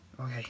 okay